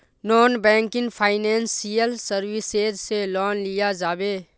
Non banking financial services से loan लिया जाबे?